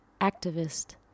activist